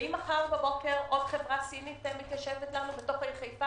אם מחר בבוקר עוד חברה סינית היתה מתיישבת לנו בתוך העיר חיפה,